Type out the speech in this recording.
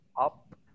up